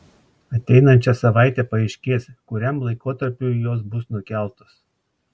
ateinančią savaitę paaiškės kuriam laikotarpiui jos bus nukeltos